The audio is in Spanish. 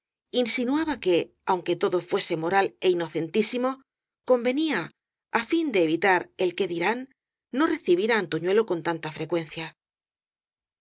insinuaba que aunque todo fuese moral é inocentísimo convenía á fin de evi tar el que dirán no recibir á antoñuelo con tanta frecuencia los